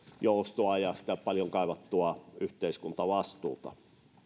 joustoa ja sitä paljon kaivattua yhteiskuntavastuuta